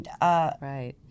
Right